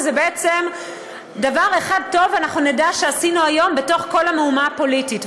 בעצם דבר אחד טוב אנחנו נדע שעשינו היום בתוך כל המהומה הפוליטית,